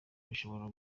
bishobora